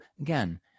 again